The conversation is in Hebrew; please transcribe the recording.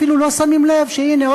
אפילו לא שמים לב שהנה,